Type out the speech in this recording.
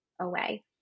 away